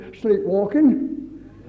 sleepwalking